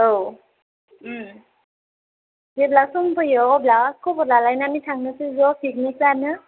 औ ओम जेब्ला सम फैयो अब्ला खबर लालायनानै थांनोसै ज' पिकनिक जानो